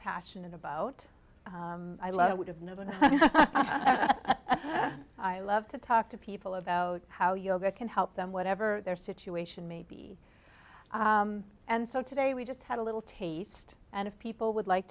passionate about i love i would have never known i love to talk to people about how yoga can help them whatever their situation may be and so today we just had a little taste and if people would like